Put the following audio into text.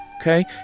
okay